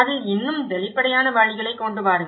அதில் இன்னும் வெளிப்படையான வழிகளைக் கொண்டு வாருங்கள்